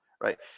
Right